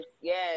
yes